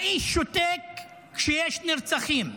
האיש שותק כשיש נרצחים,